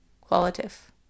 qualitative